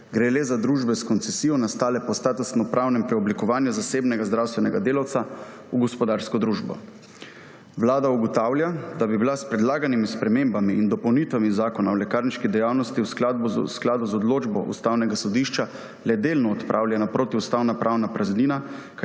Gre le za družbe s koncesijo, nastale po statusno-pravnem preoblikovanju zasebnega zdravstvenega delavca v gospodarsko družbo. Vlada ugotavlja, da bi bila s predlaganimi spremembami in dopolnitvami Zakona o lekarniški dejavnosti v skladu z odločbo Ustavnega sodišča le delno odpravljena protiustavna pravna praznina,